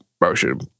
motion